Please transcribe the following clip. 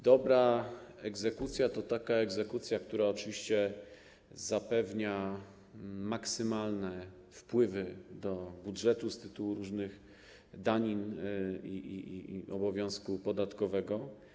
Dobra egzekucja to taka egzekucja, która oczywiście zapewnia maksymalne wpływy do budżetu z tytułu różnych danin i obowiązku podatkowego.